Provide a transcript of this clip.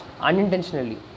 unintentionally